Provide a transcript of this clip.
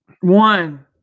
One